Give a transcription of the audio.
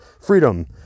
freedom